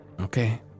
Okay